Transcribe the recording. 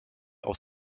aus